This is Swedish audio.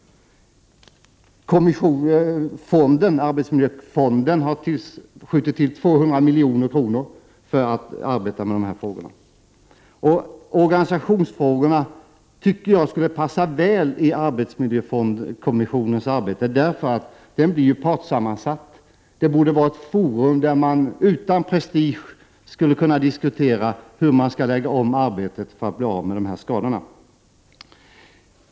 Arbetsmiljöfonden har skjutit till 200 milj.kr. för att man skall kunna arbeta med dessa frågor. Jag tycker att organisationsfrågorna skulle passa väl in i arbetsmiljökommissionens arbete. Kommissionen blir ju partsammansatt, och den borde vara ett forum där man utan prestige skulle kunna diskutera hur man skall lägga om arbetet för att bli av med dessa skador.